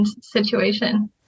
situation